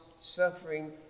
suffering